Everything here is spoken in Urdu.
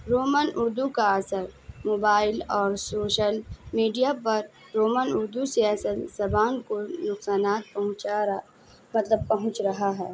رومن اردو کا اثر موبائل اور سوشل میڈیا پر رومن اردو سے اصل زبان کو نقصانات پہنچا رہا مطلب پہنچ رہا ہے